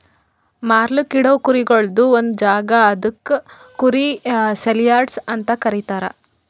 ಮಾರ್ಲುಕ್ ಇಡವು ಕುರಿಗೊಳ್ದು ಒಂದ್ ಜಾಗ ಅದುಕ್ ಕುರಿ ಸೇಲಿಯಾರ್ಡ್ಸ್ ಅಂತ ಕರೀತಾರ